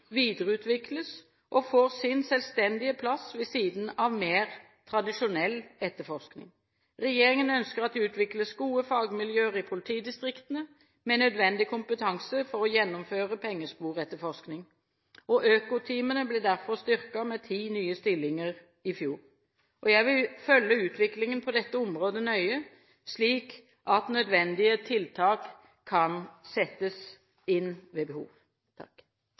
videreutvikles og får sin selvstendige plass ved siden av mer tradisjonell etterforskning. Regjeringen ønsker at det utvikles gode fagmiljøer i politidistriktene med nødvendig kompetanse for å gjennomføre pengesporetterforskning. Økoteamene ble derfor styrket med ti nye stillinger i fjor. Jeg vil følge utviklingen på dette området nøye, slik at nødvendige tiltak kan settes inn ved behov.